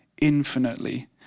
infinitely